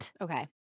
Okay